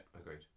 agreed